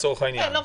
והוא מתוקצב,